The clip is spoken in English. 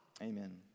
Amen